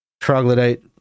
troglodyte